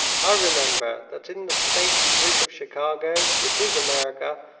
i remember that in the state street of chicago, which is america,